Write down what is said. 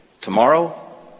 tomorrow